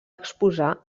exposar